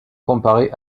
comparée